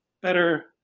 better